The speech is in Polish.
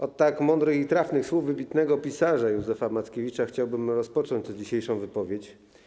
Od tak mądrych i trafnych słów wybitnego pisarza Józefa Mackiewicza chciałbym rozpocząć tę dzisiejszą wypowiedź.